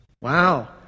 Wow